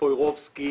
פוירובסקי.